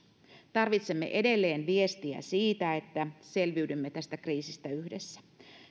tarvitsemme edelleen viestiä siitä että selviydymme tästä kriisistä yhdessä